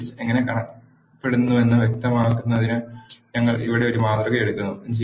ഒരു ലിസ്റ്റ് എങ്ങനെ കാണപ്പെടുന്നുവെന്ന് വ്യക്തമാക്കുന്നതിന് ഞങ്ങൾ ഇവിടെ ഒരു മാതൃക എടുക്കുന്നു